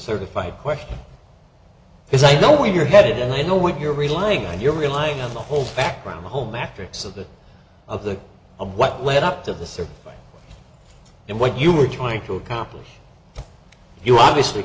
certified question because i know where you're headed and i know what you're relying on you're relying on the whole background home actress of the of the of what led up to the search and what you were trying to accomplish here obviously